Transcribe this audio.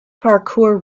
parkour